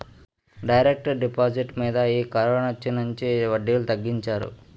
direct deposit మీద ఈ కరోనొచ్చినుంచి వడ్డీలు తగ్గించారు